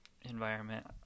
environment